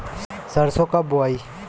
सरसो कब बोआई?